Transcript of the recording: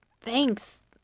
Thanks